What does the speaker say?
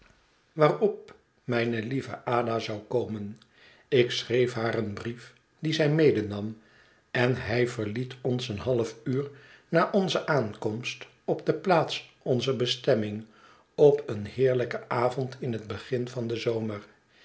waarop mijne lieve ada zou komen ik schreef haar een brief dien hij medenam en hij verliet ons een half uur na onze aankomst op de plaats onzer bestemming op een heerlijken avond in het begin van den zomer